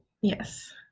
Yes